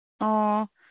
ꯑꯣ